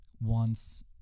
wants